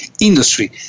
industry